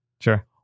sure